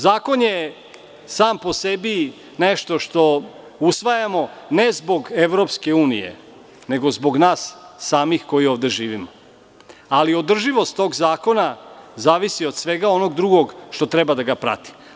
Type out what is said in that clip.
Zakon je sam po sebi nešto što usvajamo ne zbog EU, nego zbog nas samih koji ovde živimo, ali održivost tog zakona zavisi od svega onog drugog što treba da ga prati.